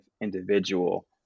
individual